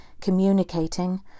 communicating